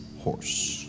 horse